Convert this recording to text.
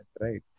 right